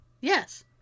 Yes